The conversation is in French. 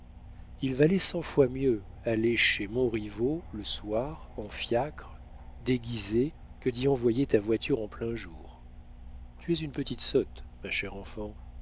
il valait cent fois mieux aller chez montriveau le soir en fiacre déguisée que d'y envoyer ta voiture en plein jour tu es une petite sotte ma chère enfant